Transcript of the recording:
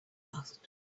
asked